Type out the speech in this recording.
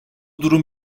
durum